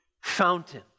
fountain